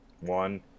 One